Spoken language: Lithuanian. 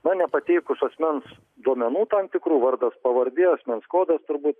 na nepateikus asmens duomenų tam tikrų vardas pavardė asmens kodas turbūt